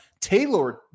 tailored